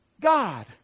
God